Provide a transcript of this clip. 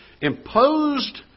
imposed